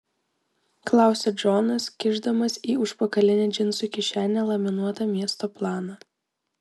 klausia džonas kišdamas į užpakalinę džinsų kišenę laminuotą miesto planą